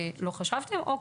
לא חשבתם עליהם,